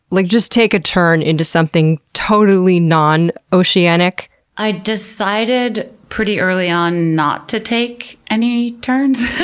like just take a turn into something totally non-oceanic? i decided pretty early on not to take any turns.